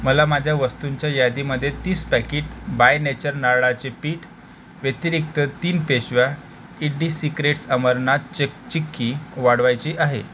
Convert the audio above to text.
मला माझ्या वस्तूंच्या यादीमधे तीस पॅकीट बाय नेचर नारळाचे पीठ व्यतिरिक्त तीन पिशव्या ईडीसिक्रेट्स अमरनाथचे चिक्की वाढवायची आहे